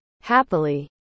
Happily